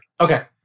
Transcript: Okay